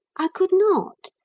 i could not.